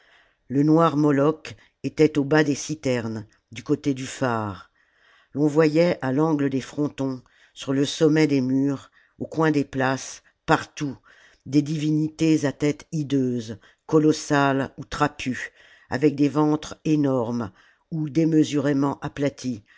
le noir moloch était au bas des citernes du côté du phare l'on voyait à l'angle des frontons sur le sommet des murs au coin des places partout des divinités à tête hideuse colossales ou trapues avec des ventres énormes ou démesurément aplaties